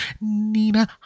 Nina